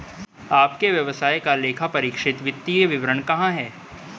आपके व्यवसाय का लेखापरीक्षित वित्तीय विवरण कहाँ है?